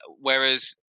Whereas